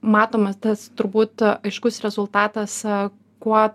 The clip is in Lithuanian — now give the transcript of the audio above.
matomas tas turbūt aiškus rezultatas kuo